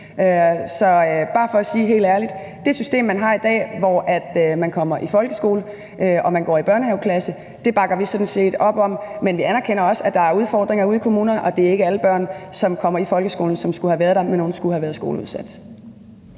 Så jeg vil bare sige helt ærligt: Det system, man har i dag, hvor man kommer i folkeskole og går i børnehaveklasse, bakker vi sådan set op om, men vi anerkender også, at der er udfordringer ude i kommunerne, og at det ikke er alle børn, som kommer i folkeskolen, som skulle have været der, men som skulle have været skoleudsat.